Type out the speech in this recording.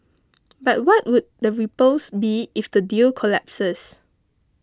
but what would the ripples be if the deal collapses